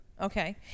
Okay